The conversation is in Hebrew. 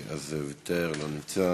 ויתר, לא נמצא,